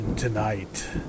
Tonight